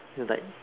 ya like